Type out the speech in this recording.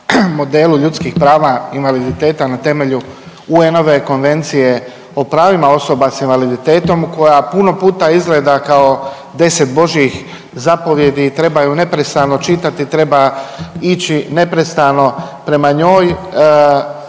modelu ljudskih prava invaliditeta na temelju UN-ove konvencije o pravima osoba s invaliditetom koja puno puta izgledao kao 10 Božjih zapovijedi i treba ju neprestano čitati, treba ići neprestano prema njoj,